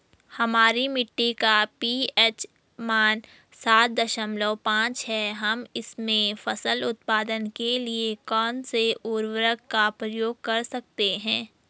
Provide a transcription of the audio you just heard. हमारी मिट्टी का पी.एच मान सात दशमलव पांच है हम इसमें फसल उत्पादन के लिए कौन से उर्वरक का प्रयोग कर सकते हैं?